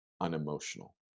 unemotional